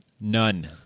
None